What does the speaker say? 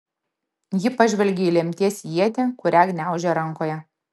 ji pažvelgė į lemties ietį kurią gniaužė rankoje